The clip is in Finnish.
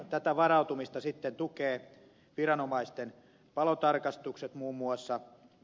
tätä varautumista sitten tukevat viranomaisten palotarkastukset muun muassa